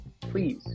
Please